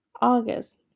August